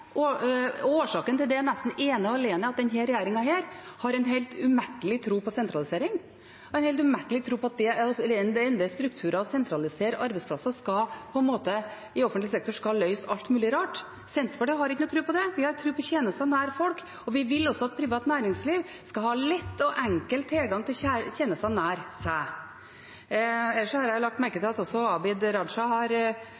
at denne regjeringen har en helt umettelig tro på sentralisering. Den har en umettelig tro på at det å endre strukturer og sentralisere arbeidsplasser i offentlig sektor skal løse alt mulig rart. Senterpartiet har ingen tro på det. Vi har tro på tjenester nær folk, og vi vil også at privat næringsliv skal ha lett og enkel tilgang til tjenestene nær seg. Ellers har jeg lagt